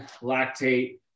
lactate